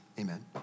amen